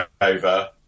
over